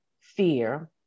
fear